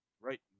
right